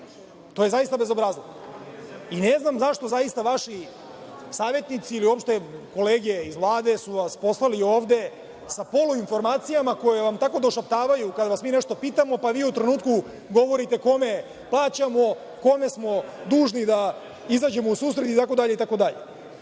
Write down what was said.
to je bezobrazluk. Ne znam zašto vaši savetnici, ili vaše kolege iz Vlade su vas poslali ovde sa pola informacijama, koju vam tako došaptavaju kada vas mi nešto pitamo, pa vi u trenutku govorite kome plaćamo, kome smo dužni, da izađemo u susret itd. Veoma je